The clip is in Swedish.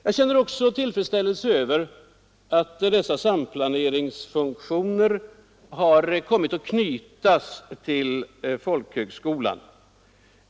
Jag känner också tillfredsställelse över att dessa samplaneringsfunktioner har kommit att knytas till folkhögskolan.